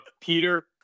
Peter